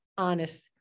Honest